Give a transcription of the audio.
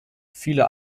viele